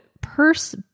Purse